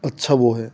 अच्छा वह है